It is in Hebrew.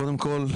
קודם כול,